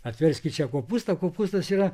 apverskit čia kopūstą kopūstas yra